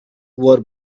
were